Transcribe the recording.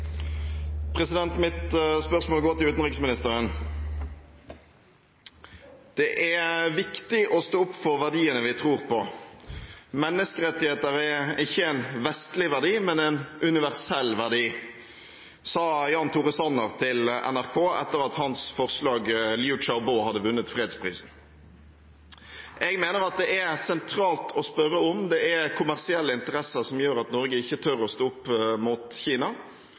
ikke en vestlig verdi, men en universell verdi», sa Jan Tore Sanner til NRK etter at hans forslag, Liu Xiaobo, hadde vunnet fredsprisen. «Jeg mener at det er sentralt å spørre om det er kommersielle interesser som gjør at Norge ikke tør å stå opp mot Kina»,